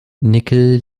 nickel